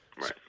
Right